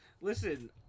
Listen